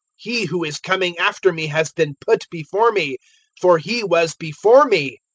he who is coming after me has been put before me for he was before me.